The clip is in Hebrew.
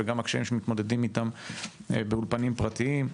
וגם הקשיים שמתמודדים איתם באולפנים פרטיים.